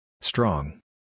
Strong